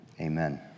Amen